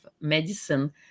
medicine